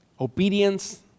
Obedience